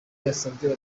yasabye